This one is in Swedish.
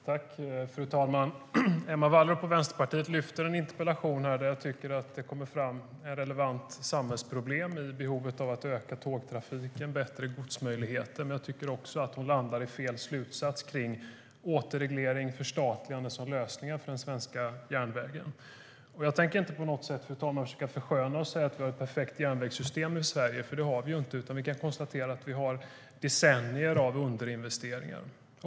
Fru talman! Emma Wallrup från Vänsterpartiet lyfter i sin interpellation upp ett relevant samhällsproblem vad gäller behovet av att öka tågtrafiken och förbättra godsmöjligheterna. Jag tycker dock att hon landar i fel slutsats om återreglering och förstatligande som lösningen för den svenska järnvägen. Fru talman! Jag tänker inte försköna verkligheten och säga att vi har ett perfekt järnvägssystem i Sverige, för det har vi inte. Vi har decennier av underinvestering.